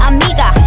Amiga